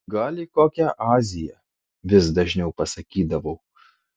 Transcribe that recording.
gal į kokią aziją vis dažniau pasakydavau